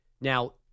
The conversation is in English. Now